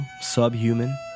subhuman